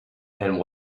and